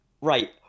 Right